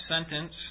sentence